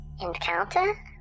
Encounter